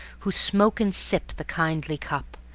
who smoke and sip the kindly cup,